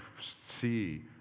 see